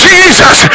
Jesus